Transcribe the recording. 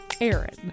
Aaron